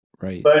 right